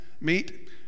meet